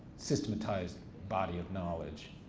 systematized body of knowledge.